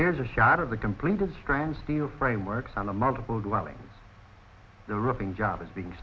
here's a shot of the completed strand steel framework on a multiple dwelling the wrapping job is being